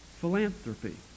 philanthropy